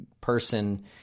person